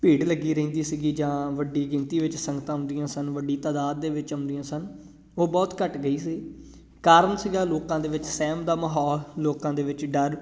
ਭੀੜ ਲੱਗੀ ਰਹਿੰਦੀ ਸੀਗੀ ਜਾਂ ਵੱਡੀ ਗਿਣਤੀ ਵਿੱਚ ਸੰਗਤਾਂ ਆਉਂਦੀਆਂ ਸਨ ਵੱਡੀ ਤਾਦਾਦ ਦੇ ਵਿੱਚ ਆਉਂਦੀਆਂ ਸਨ ਉਹ ਬਹੁਤ ਘੱਟ ਗਈ ਸੀ ਕਾਰਨ ਸੀਗਾ ਲੋਕਾਂ ਦੇ ਵਿੱਚ ਸਹਿਮ ਦਾ ਮਾਹੌਲ ਲੋਕਾਂ ਦੇ ਵਿੱਚ ਡਰ